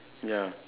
ya